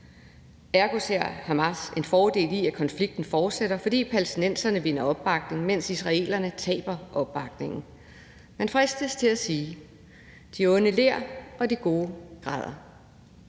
Ergo ser Hamas en fordel i, at konflikten fortsætter, fordi palæstinenserne vinder opbakning, mens israelerne taber opbakning. Man fristes til at sige, at de onde ler, og at de gode græder.